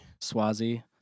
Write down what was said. Swazi